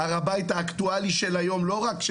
הר הבית האקטואלי של היום ולא רק מהעבר,